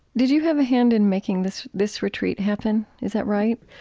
did you have a hand in making this this retreat happen? is that right?